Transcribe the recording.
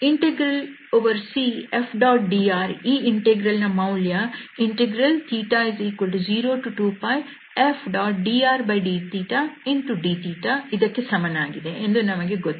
CF⋅dr ಈ ಇಂಟೆಗ್ರಲ್ ನ ಮೌಲ್ಯ θ02πFdrdθdθ ಇದಕ್ಕೆ ಸಮನಾಗಿದೆ ಎಂದು ನಮಗೆ ಗೊತ್ತು